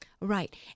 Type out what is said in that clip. Right